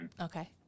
Okay